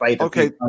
Okay